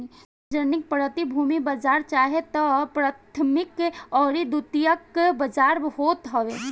सार्वजानिक प्रतिभूति बाजार चाहे तअ प्राथमिक अउरी द्वितीयक बाजार होत हवे